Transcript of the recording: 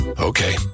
Okay